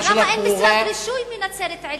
ולמה משרד הרישוי בנצרת-עילית?